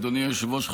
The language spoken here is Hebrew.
אדוני היושב-ראש,